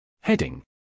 Heading